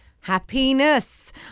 happiness